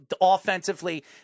offensively